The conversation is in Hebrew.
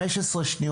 יש לך עוד 15 שניות.